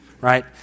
right